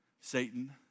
Satan